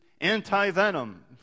anti-venom